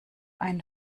ein